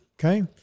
okay